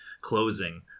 closing